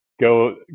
go